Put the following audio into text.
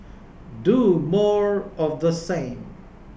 do more of the same